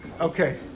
Okay